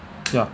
ya